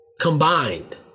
combined